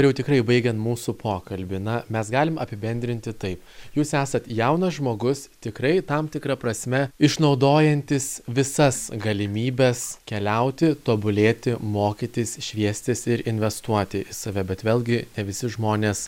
ir jau tikrai baigiant mūsų pokalbį na mes galim apibendrinti taip jūs esat jaunas žmogus tikrai tam tikra prasme išnaudojantis visas galimybes keliauti tobulėti mokytis šviestis ir investuoti į save bet vėlgi ne visi žmonės